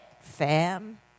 fam